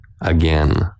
again